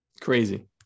Crazy